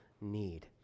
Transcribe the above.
need